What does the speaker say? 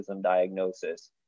diagnosis